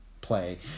play